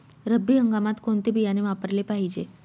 रब्बी हंगामात कोणते बियाणे वापरले पाहिजे?